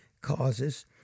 causes